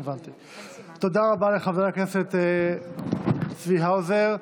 תודה רבה לחבר הכנסת צבי האוזר.